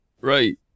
Right